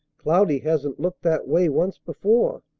cloudy hasn't looked that way once before.